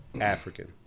African